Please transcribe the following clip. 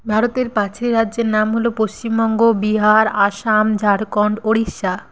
ভারতের পাঁচটি রাজ্যের নাম হলো পশ্চিমবঙ্গ বিহার আসাম ঝাড়খণ্ড ওড়িশা